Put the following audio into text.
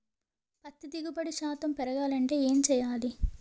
పత్తి దిగుబడి శాతం పెరగాలంటే ఏంటి చేయాలి?